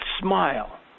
smile